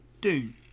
Dune